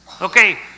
Okay